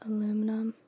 Aluminum